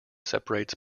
separates